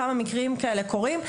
כמה מקרים כאלה קורים?